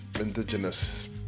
indigenous